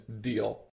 Deal